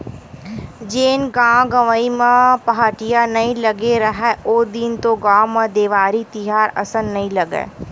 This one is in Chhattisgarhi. जेन गाँव गंवई म पहाटिया नइ लगे राहय ओ दिन तो गाँव म देवारी तिहार असन नइ लगय,